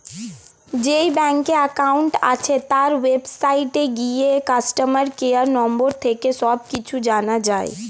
যেই ব্যাংকে অ্যাকাউন্ট আছে, তার ওয়েবসাইটে গিয়ে কাস্টমার কেয়ার নম্বর থেকে সব কিছু জানা যায়